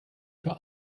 für